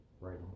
right